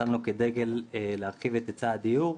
שמנו כדגל להרחיב את היצע הדיור.